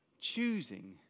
choosing